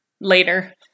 Later